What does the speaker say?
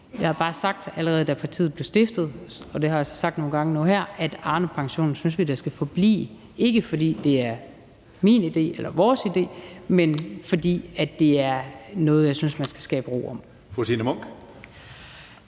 Jeg har bare sagt, allerede da partiet blev stiftet, og jeg har sagt det nogle gange nu her, at vi synes, Arnepensionen skal forblive, ikke fordi det er min idé eller vores idé, men fordi det er noget, vi synes man skal skabe ro om. Kl. 15:22 Tredje